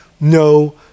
no